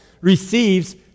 receives